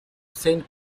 saint